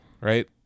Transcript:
right